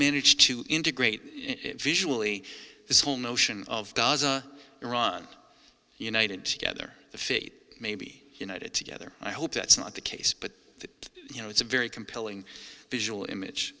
managed to integrate visually this whole notion of gaza iran united together the fate maybe united together i hope that's not the case but you know it's a very compelling visual image